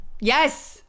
yes